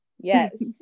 yes